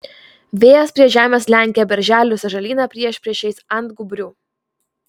vėjas prie žemės lenkia berželių sąžalyną priešpriešiais ant gūbrių